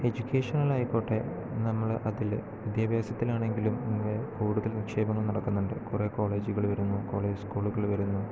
എഡ്യൂക്കേഷണലായിക്കോട്ടെ നമ്മള് അതില് വിദ്യാഭ്യാസത്തിലാണെങ്കിലും എന്താ പറയുക കൂടുതൽ നിക്ഷേപണം നടക്കുന്നുണ്ട് കുറേ കോളേജ്കൾ വരുന്നു കോളേജ് സ്കൂളുകള് വരുന്നു